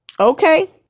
Okay